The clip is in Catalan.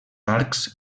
arcs